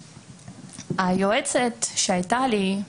היועצת שהייתה לי,